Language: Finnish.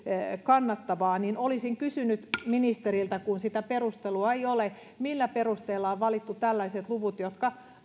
kannattavaa olisin kysynyt ministeriltä kun sitä perustelua ei ole millä perusteella on valittu tällaiset luvut jotka